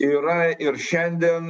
yra ir šiandien